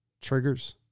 triggers